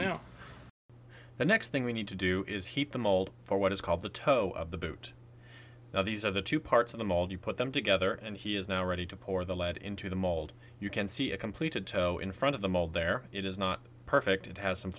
know the next thing we need to do is heat the mold for what is called the toe of the boot now these are the two parts of the mold you put them together and he is now ready to pour the lead into the mold you can see a completed toe in front of the mold there it is not perfect it has some